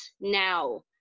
now